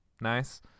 nice